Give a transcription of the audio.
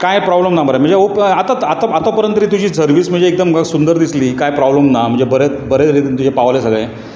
कांय प्रोबलम ना मरे आतां आतां पऱ्यान तुजी सर्वीस म्हजी एकदम सुंदर दिसली कांय प्रोबलम ना म्हणजे बरे तरेन तमचें पावलें सगलें